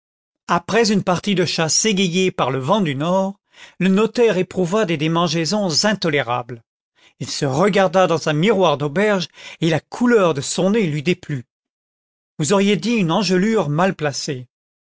après une partie de chasse égayée par le vent du nord le notaire éprouva des démangeaisons intolérables il se regarda dans un miroir d'auberge et la couleur de son nez lui déplut vous auriez dit une engelure mal placée